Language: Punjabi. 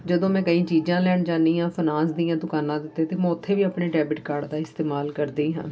ਜਦੋਂ ਮੈਂ ਕੋਈ ਚੀਜ਼ਾਂ ਲੈਣ ਜਾਂਦੀ ਹਾਂ ਫਨਾਂਸ ਦੀਆਂ ਦੁਕਾਨਾਂ ਦੇ ਉੱਤੇ ਤਾਂ ਮੈਂ ਉੱਥੇ ਵੀ ਆਪਣੇ ਡੈਬਿਟ ਕਾਰਡ ਦਾ ਇਸਤੇਮਾਲ ਕਰਦੀ ਹਾਂ